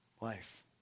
life